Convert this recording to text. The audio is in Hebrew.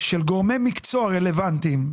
"ניגוד עניינים",